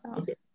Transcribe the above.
Okay